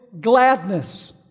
gladness